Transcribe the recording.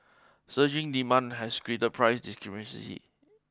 surging demand has create the price discrepancy